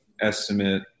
estimate